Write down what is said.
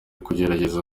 kugerageza